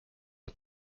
are